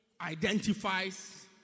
identifies